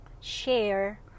Share